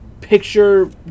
picture